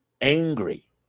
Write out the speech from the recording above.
angry